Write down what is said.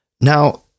Now